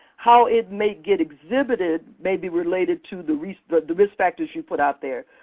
how it may get exhibited may be related to the risk but the risk factors you put out there.